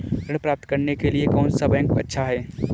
ऋण प्राप्त करने के लिए कौन सा बैंक अच्छा है?